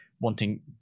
wanting